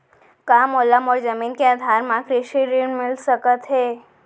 का मोला मोर जमीन के आधार म कृषि ऋण मिलिस सकत हे?